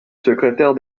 secrétaire